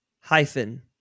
hyphen